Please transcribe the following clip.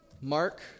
Mark